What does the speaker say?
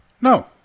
No